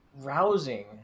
rousing